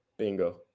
Bingo